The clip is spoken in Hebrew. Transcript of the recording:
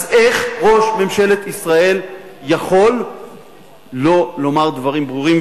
אז איך ראש ממשלת ישראל יכול לא לומר דברים ברורים?